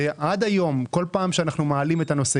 עד היום כל אימת שאנחנו מעלים את הנושא,